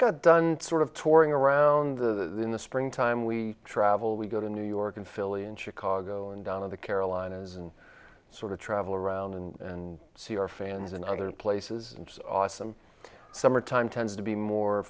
got done sort of touring around the in the springtime we travel we go to new york in philly in chicago and down in the carolinas and sort of travel around and see our fans in other places and so awesome summertime tends to be more